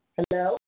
Hello